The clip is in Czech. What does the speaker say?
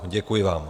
Děkuji vám.